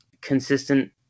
consistent